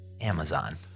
Amazon